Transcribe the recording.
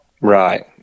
Right